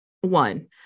one